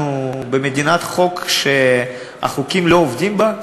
שאנחנו במדינת חוק שהחוקים לא עובדים בה,